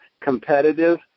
competitive